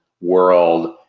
world